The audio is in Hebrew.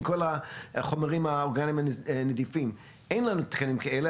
אין לנו תקנים כאלה.